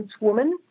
woman